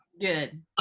Good